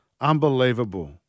Unbelievable